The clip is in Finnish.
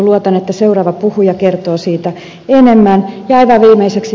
luotan että seuraava puhuja kertoo siitä enemmän